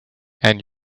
and